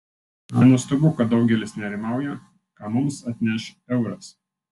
nenuostabu kad daugelis nerimauja ką mums atneš euras